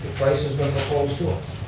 prices window falls to us.